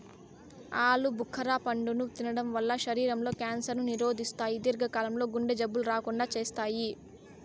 ఆలు భుఖర పండును తినడం వల్ల శరీరం లో క్యాన్సర్ ను నిరోధిస్తాయి, దీర్ఘ కాలం లో గుండె జబ్బులు రాకుండా చేత్తాయి